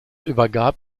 übergab